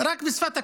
רק בשפת הכוח?